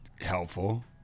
helpful